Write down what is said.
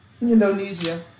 Indonesia